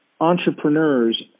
entrepreneurs